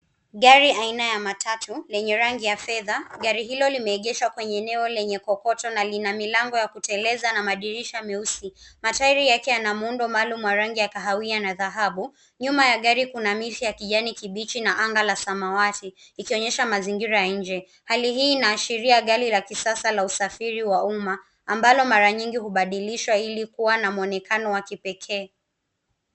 Gari aina ya matatu lenye rangi ya fedha. Gari hilo limeegeshwa kwenye eneo lenye kokoto na lina milango ya kuteleza na madirisha meusi. Matairi yake yana muundo maalum wa rangi ya kahawia na dhahabu. Nyuma ya gari kuna miti ya kijani kibichi na anga la samawati ikionyesha mazingira ya nje. Hali hii inaashiria gari la kisasa la usafiri wa umma ambalo mara nyingi hubadilishwa ili kuwa na mwonekano wa kipekee.